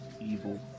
evil